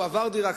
הוא עבר דירה,